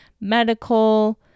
medical